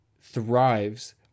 thrives